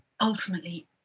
ultimately